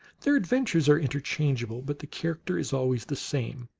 their adventures are interchangeable. but the character is always the same,